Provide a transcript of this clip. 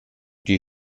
die